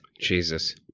Jesus